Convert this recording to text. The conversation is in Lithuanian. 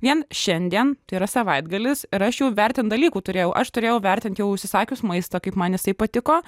vien šiandien tai yra savaitgalis ir aš jau vertint dalykų turėjau aš turėjau vertint jau užsisakius maistą kaip man jisai patiko